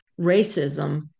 racism